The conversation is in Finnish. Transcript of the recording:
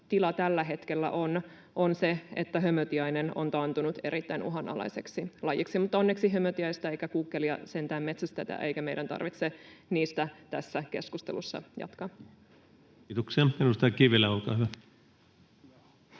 tila tällä hetkellä on se, että hömötiainen on taantunut erittäin uhanalaiseksi lajiksi. Mutta onneksi ei hömötiaista eikä kuukkelia sentään metsästetä eikä meidän tarvitse niistä tässä keskustelussa jatkaa. [Speech 198] Speaker: